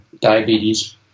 diabetes